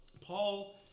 Paul